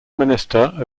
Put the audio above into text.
minister